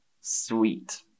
sweet